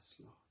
Lord